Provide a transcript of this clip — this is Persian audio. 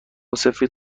سفید